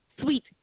sweet